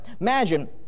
Imagine